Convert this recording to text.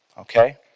okay